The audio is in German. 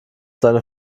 seine